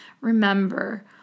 Remember